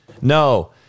No